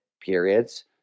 periods